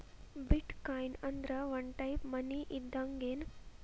ಬಿಟ್ coin ಅಂದ್ರ ಒಂದ type money ಇದ್ದಂಗ್ಗೆನ್